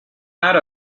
out